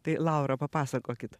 tai laura papasakokit